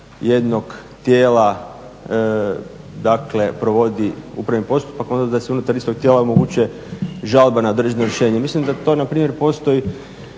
jednog tijela dakle provodi upravni postupak, onda da se unutar istog tijela omoguće žalbe na određeno rješenje. Mislim da to npr. postoji